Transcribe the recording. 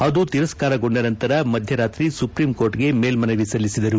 ಅದು ತಿರಸ್ಕಾರಗೊಂಡ ನಂತರ ಮಧ್ದರಾತ್ರಿ ಸುಪ್ರೀಂ ಕೋರ್ಟ್ಗೆ ಮೇಲ್ಲನವಿ ಸಲ್ಲಿಸಿದರು